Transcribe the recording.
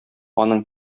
аның